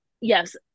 yes